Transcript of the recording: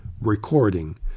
recording